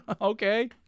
Okay